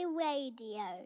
radio. ¶¶